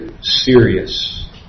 serious